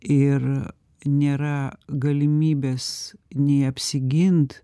ir nėra galimybės nei apsigint